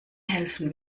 helfen